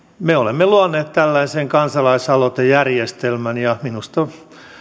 me olemme luoneet tällaisen kansalaisaloitejärjestelmän ja minusta